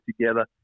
together